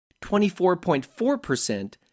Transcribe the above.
24.4%